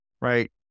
Right